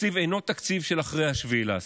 התקציב אינו תקציב של אחרי 7 באוקטובר,